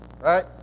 right